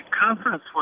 conference